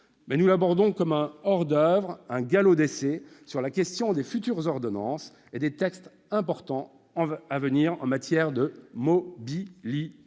mais nous le voyons comme un hors-d'oeuvre, un galop d'essai avant d'aborder le contenu des futures ordonnances et des textes importants à venir en matière de mobilité.